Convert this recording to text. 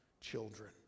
children